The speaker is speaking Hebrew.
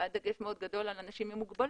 היה דגש מאוד גדול על אנשים עם מוגבלות,